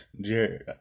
Jared